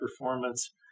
performance